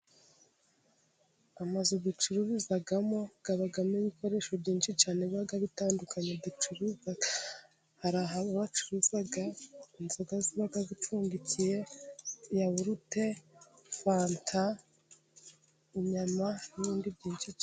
Amazu ducururizamo abamo ibikoresho byinshi cyane biba bitandukanye ducuruza. Hari aho bacuruza inzoga ziba zipfundikiye, fanta, inyama n'ibindi byinshi cyane.